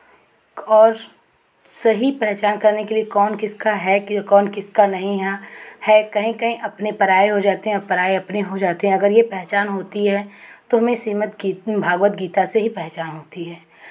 और सही पहचान करने के लिए कौन किसका है कि कौन किसका नहीं है है कहीं कहीं अपने पराए हो जाते हैं और अपने पराए हो जाते हैं अगर ये पहचान होती है तो हमे श्रीमद गी भागवद गीता से ही पहचान होती है